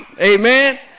amen